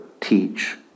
teach